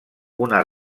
una